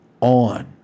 on